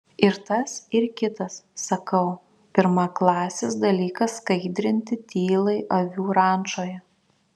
ir tas ir kitas sakau pirmaklasis dalykas skaidrinti tylai avių rančoje